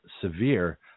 severe